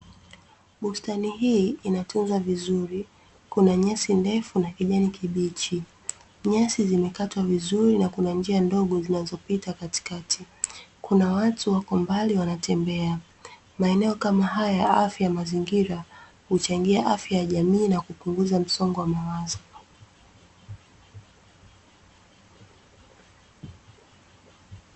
Bustani hii inatunza vizuri. Kuna nyasi nyefu na kijani kipichi. Nyasi zimekatwa vizuri na kuna njia ndogo zinazopita katikati. Kuna watu wako mbali na wanatembea. Maeneo kama haya ya afya ya mazingira huchangia afya ya jamii na kupunguza msongo wa mawazo.